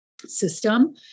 system